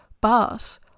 bars